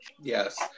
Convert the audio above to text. Yes